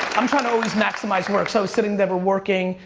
i'm trying to always maximize work, so sitting there working,